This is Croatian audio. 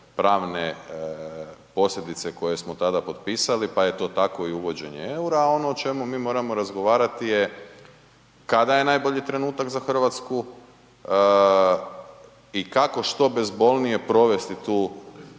pravne posljedice koje smo tada potpisali, pa je to tako i uvođenje EUR-a. A ono o čemu mi moramo razgovarati je kada je najbolji trenutak za Hrvatsku i kako što bezbolnije provesti tu,